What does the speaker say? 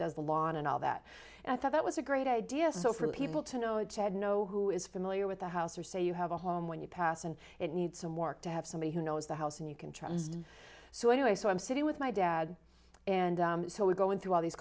does the lawn and all that and i thought that was a great idea so for people to know jed know who is familiar with the house or say you have a home when you pass and it needs some work to have somebody who knows the house and you can trust so anyway so i'm sitting with my dad and so we're going through all these